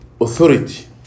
authority